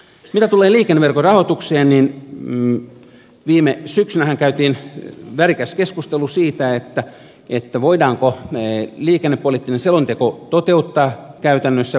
mitä tulee liikenneverkon rahoitukseen niin viime syksynähän käytiin värikäs keskustelu siitä voidaanko liikennepoliittinen selonteko toteuttaa käytännössä